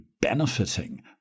benefiting